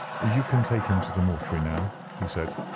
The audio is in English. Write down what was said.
you can take him to the mortuary now, he said.